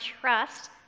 trust